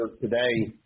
today